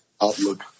outlook